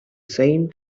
same